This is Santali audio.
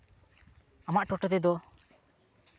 ᱟᱢᱟᱜ ᱴᱳᱴᱳ ᱛᱮᱫᱚ